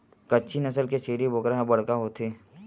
कच्छी नसल के छेरी बोकरा ह बड़का होथे